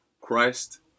Christ